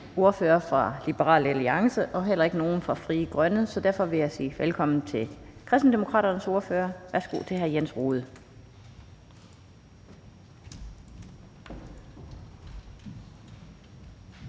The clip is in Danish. ordfører fra Liberal Alliance og heller ikke nogen fra Frie Grønne, så derfor vil jeg sige velkommen til Kristendemokraternes ordfører. Værsgo til hr. Jens Rohde.